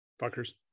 fuckers